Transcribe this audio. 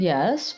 Yes